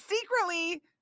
secretly